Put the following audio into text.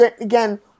again